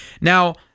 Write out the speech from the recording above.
Now